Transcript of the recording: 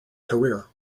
career